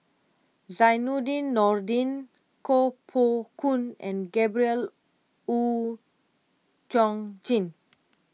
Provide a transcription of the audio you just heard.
Zainudin Nordin Koh Poh Koon and Gabriel Oon Chong Jin